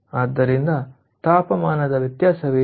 ಆದ್ದರಿಂದ ತಾಪಮಾನದ ವ್ಯತ್ಯಾಸವೇನು